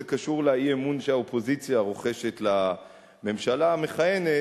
זה קשור לאי-אמון שהאופוזיציה רוחשת לממשלה המכהנת,